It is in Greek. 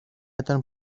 ήταν